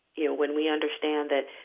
you know, when we understand that,